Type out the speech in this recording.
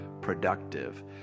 productive